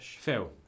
Phil